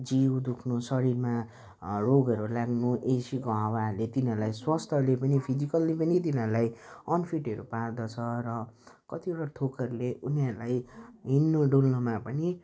जिउ दुख्नु शरीरमा रोगहरू लाग्नु एसीको हावाहरूले तिनीहरूलाई स्वास्थ्यले पनि फिजिकल्ली पनि तिनीहरूलाई अनफिटहरू पार्दछ र कतिवटा थोकहरूले तिनीहरूलाई हिँड्नुडुल्नुमा पनि